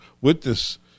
witness